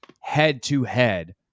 head-to-head